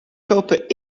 kopen